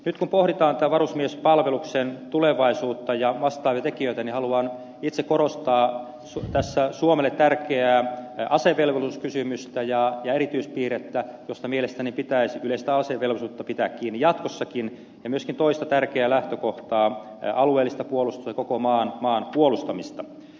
nyt kun pohditaan tätä varusmiespalveluksen tulevaisuutta ja vastaavia tekijöitä haluan itse korostaa tässä suomelle tärkeää asevelvollisuuskysymystä ja erityispiirrettä yleistä asevelvollisuutta josta mielestäni pitäisi pitää kiinni jatkossakin ja myöskin toista tärkeää lähtökohtaa alueellista puolustusta ja koko maan puolustamista